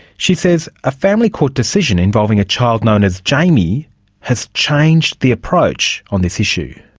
she says a family court decision involving a child known as jamie has change the approach on this issue.